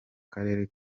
karere